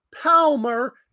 Palmer